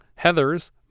Heathers